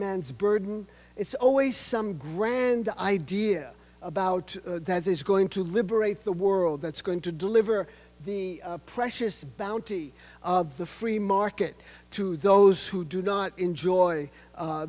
man's burden it's always some grand idea about that there's going to liberate the world that's going to deliver the precious bounty of the free market to those who do not enjoy